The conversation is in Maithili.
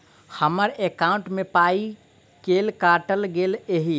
हम्मर एकॉउन्ट मे पाई केल काटल गेल एहि